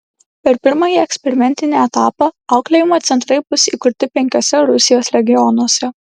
per pirmąjį eksperimentinį etapą auklėjimo centrai bus įkurti penkiuose rusijos regionuose